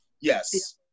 yes